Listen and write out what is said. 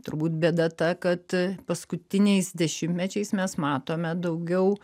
turbūt bėda ta kad paskutiniais dešimtmečiais mes matome daugiau